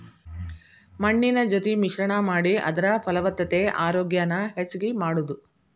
ಮಣ್ಣಿನ ಜೊತಿ ಮಿಶ್ರಣಾ ಮಾಡಿ ಅದರ ಫಲವತ್ತತೆ ಆರೋಗ್ಯಾನ ಹೆಚಗಿ ಮಾಡುದು